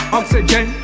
oxygen